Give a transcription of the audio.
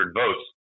votes